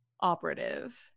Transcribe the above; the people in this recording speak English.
Operative